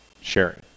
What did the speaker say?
sharing